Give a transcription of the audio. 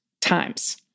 times